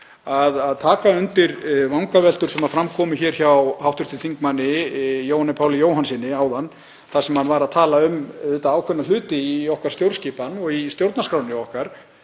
að taka undir vangaveltur sem fram komu hjá hv. þm. Jóhanni Páli Jóhannssyni áðan þar sem hann var að tala um ákveðna hluti í okkar stjórnskipan og í stjórnarskránni okkar